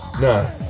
No